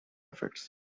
effects